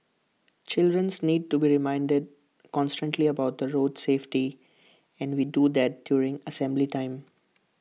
childrens need to be reminded constantly about the road safety and we do that during assembly time